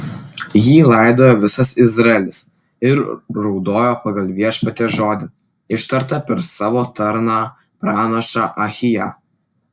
jį laidojo visas izraelis ir raudojo pagal viešpaties žodį ištartą per savo tarną pranašą ahiją